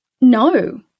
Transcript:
no